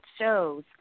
shows